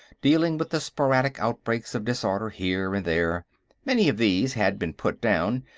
dealing with the sporadic outbreaks of disorder here and there many of these had been put down,